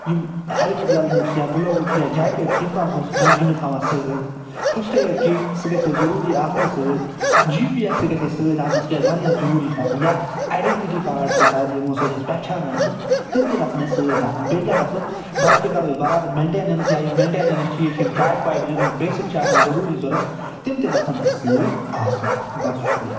یِم ہٮ۪لمِٹ وٮ۪لمِٹ چھِ یا گُلووٕز چھِ یا جاکٮ۪ٹ چھِ یِم کنٛٹِنیوٗ تھاوان سۭتۍ فٔسٹ ایڈ کِٹ سُہ گژھِ اَسہِ ضٔروری آسنی سۭتۍ جی پی اٮ۪س تہِ گژھِ اَسہِ سۭتۍ آسُن تِکیٛازِ واریاہ ضٔروری چھِ آسان یا آیڈٮ۪نٛٹِٹی کارڈ چھِ اَسہِ آز یِمو سۭتۍ أسۍ پہچانان چھِ تِم تہِ گژھَن اَسہِ سۭتۍ آسٕنۍ بیٚیہِ کیٛاہ گژھو بایکہِ کرو أسۍ برابد مٮ۪نٛٹینٮ۪نٕس یا یِم مٮ۪نٛٹینٮ۪نٕس چیٖز چھِ یِم چابہِ پابہِ یِم بیسِک چھِ آسان ضٔروری ضوٚرتھ تِم تہِ گژھَن اَسہِ سۭتۍ آسٕنۍ بَس شُکریہ